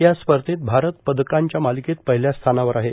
या स्पर्धेत भारत पदकांच्या मालिकेत पहिल्या स्थानावर आहे